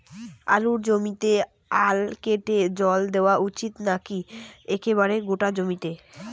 আলুর জমিতে আল কেটে জল দেওয়া উচিৎ নাকি একেবারে গোটা জমিতে?